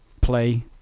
play